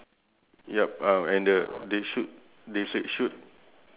score board yup tom three points